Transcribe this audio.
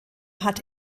hat